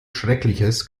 schreckliches